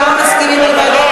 כולם מסכימים לוועדת